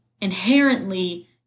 inherently